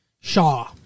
Shaw